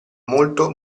molto